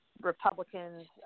Republicans